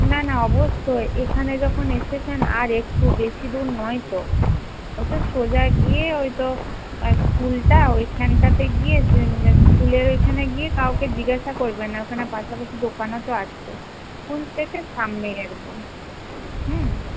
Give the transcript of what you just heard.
না না অবশ্যই এখানে যখন এসেছেন আর একটু বেশি দূর নয় তো ওই তো সোজা গিয়ে ওই তো স্কুলটা ওইখানটাতে গিয়ে স্কুলের ওইখানে গিয়ে কাউকে জিজ্ঞাসা করবেন না ওইখানে পাশাপাশি দোকানও তো আছে স্কুল থেকে সামনেই একদম হুম